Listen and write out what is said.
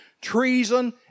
treason